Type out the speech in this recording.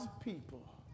people